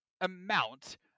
amount